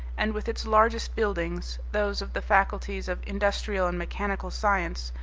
and with its largest buildings, those of the faculties of industrial and mechanical science,